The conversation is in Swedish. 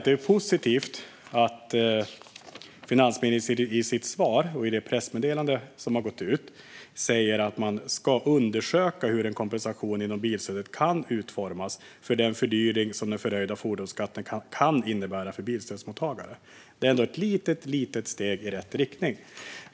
Det är positivt att finansministern i sitt svar och i det pressmeddelande som har gått ut säger att man ska undersöka hur en kompensation inom bilstödet kan utformas för den fördyring som den förhöjda fordonsskatten kan innebära för bilstödsmottagare. Det är ändå ett litet steg i rätt riktning.